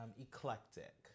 eclectic